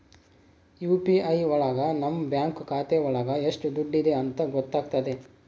UPI ಒಳಗ ನಮ್ bank ಖಾತೆ ಒಳಗ ಎಷ್ಟ್ ದುಡ್ಡಿದೆ ಅಂತ ಗೊತ್ತಾಗ್ತದೆ